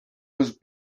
was